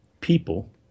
people